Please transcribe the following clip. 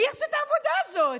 מי יעשה את העבודה הזאת?